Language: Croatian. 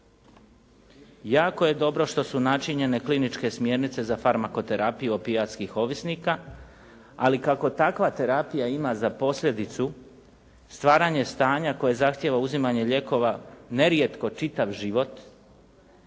Jako je dobro što su načinjene kliničke smjernice za farmakoterapiju opijatskih ovisnika, ali kako takva terapija ima za posljedicu stvaranje stanja koje zahtjeva uzimanje lijekova nerijetko čitav život,